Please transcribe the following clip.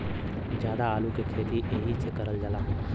जादा आलू के खेती एहि से करल जाला